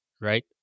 right